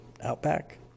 outback